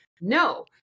no